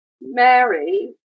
Mary